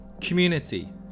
community